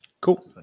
Cool